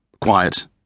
quiet